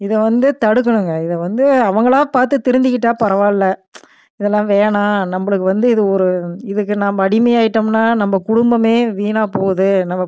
இதை வந்து தடுக்கனுங்க இந்த வந்து அவங்களாக பார்த்து திருந்துகிட்டால் பரவாயில்ல இதெல்லாம் வேணாம் நம்மளுக்கு வந்து இது ஒரு இதுக்கு நம்ம அடிமையாயிட்டோம்னால் நம்ம குடும்பமே வீணாபோகுது நம்ம